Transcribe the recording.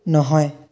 নহয়